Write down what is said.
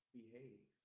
behave